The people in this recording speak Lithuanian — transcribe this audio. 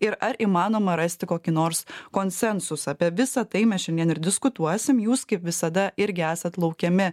ir ar įmanoma rasti kokį nors konsensusą apie visa tai mes šiandien ir diskutuosim jūs kaip visada irgi esat laukiami